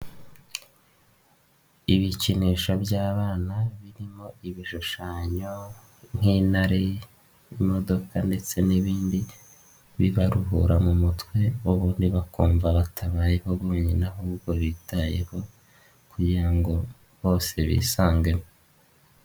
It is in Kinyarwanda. Ibikinisho by'abana, birimo ibishushanyo nk'intare, imodoka ndetse n'ibindi, bibaruhura mu mutwe ubundi bakumva batabayeho bonyine ,ahubwo bitayeho kugira ngo bose bisangemo.